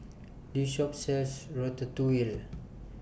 This Shop sells Ratatouille